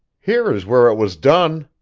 here is where it was done,